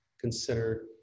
consider